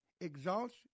exalts